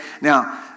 Now